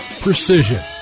precision